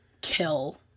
kill